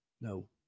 No